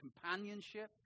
companionship